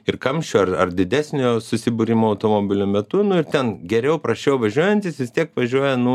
ir kamščių ar ar didesnio susibūrimo automobilių metu nu ir ten geriau prasčiau važiuojantys vis tiek važiuoja nu